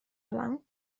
lawnt